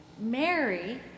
Mary